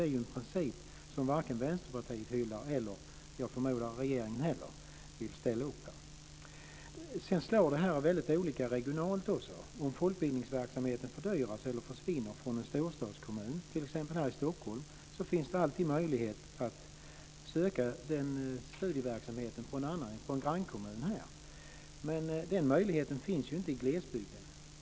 Det är en princip som inte Vänsterpartiet hyllar och som jag förmodar att inte heller regeringen ställer upp på. Det slår också väldigt olika regionalt. Om folkbildningsverksamheten fördyras eller försvinner i en storstadskommun, t.ex. här i Stockholm, finns det alltid möjlighet att söka den studieverksamheten i en grannkommun. Men den möjligheten finns inte i glesbygden.